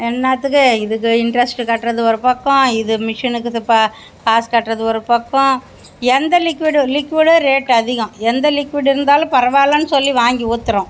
என்னத்துக்கு இதுக்கு இன்ட்ரெஸ்ட் கட்டுறது ஒரு பக்கம் இது மெஷினுக்கு காசு இது கட்டுறது ஒரு பக்கம் எந்த லிக்விடும் லிக்விடும் ரேட் அதிகம் எந்த லிக்விடு இருந்தாலும் பரவாயில்லன்னு சொல்லி வாங்கி ஊத்துகிறோம்